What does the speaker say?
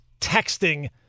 texting